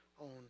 own